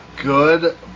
good